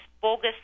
bogus